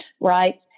right